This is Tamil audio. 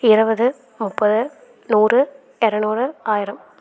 இருவது முப்பது நூறு இரநூறு ஆயிரம்